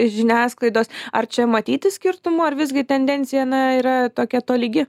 žiniasklaidos ar čia matyti skirtumų ar visgi tendencija yra na tokia tolygi